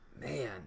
Man